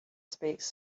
speaks